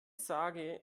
sage